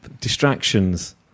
distractions